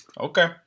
Okay